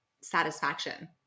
satisfaction